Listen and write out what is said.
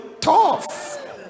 Tough